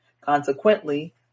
Consequently